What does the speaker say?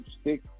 stick